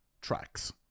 tracks